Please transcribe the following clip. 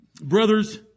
Brothers